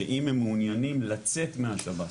שאם הם מעוניינים לצאת מהשב"ס,